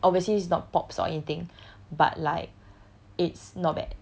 as in obviously it's not pops or anything but like